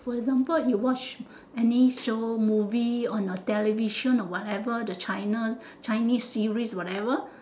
for example you watch any show movie on the television or whatever the china chinese series whatever